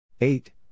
Eight